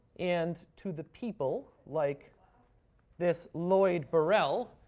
and to the people, like this lloyd burrell,